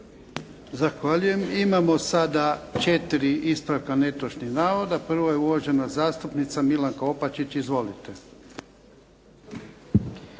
Zahvaljujem. Imamo sada 4 ispravka netočnih navoda. Prvo je uvažena zastupnica Milanka Opačić. Izvolite.